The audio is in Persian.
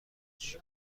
هجی